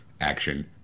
action